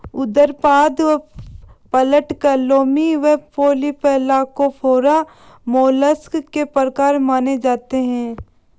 उदरपाद, पटलक्लोमी, polyplacophora, mollusc के प्रकार माने जाते है